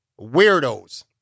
Weirdos